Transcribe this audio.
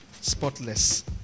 spotless